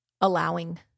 allowing